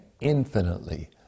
infinitely